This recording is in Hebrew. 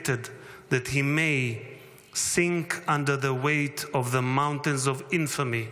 that he may “sink under the weight of the mountains of infamy.